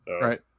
Right